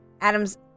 Adam's